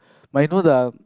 but you know the